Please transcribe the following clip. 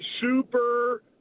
super